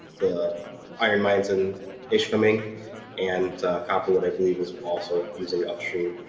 the iron mines and h trimming and copperwood, i believe is also using upstream.